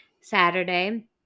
Saturday